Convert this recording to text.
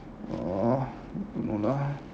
ah don't know lah